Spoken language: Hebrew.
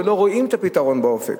ולא רואים את הפתרון באופק.